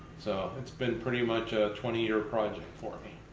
so it's been pretty much a twenty year project for me.